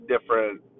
different